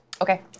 Okay